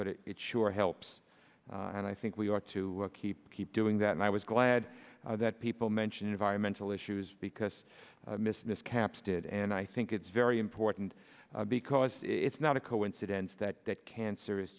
but it sure helps and i think we are to keep keep doing that and i was glad that people mention environmental issues because mrs capps did and i think it's very important because it's not a coincidence that that cancer is